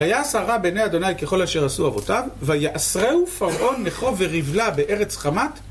היה שרה ביני אדוני ככל אשר עשו אבותיו ויעשרהו פרעון מחוב ורבלה בארץ חמת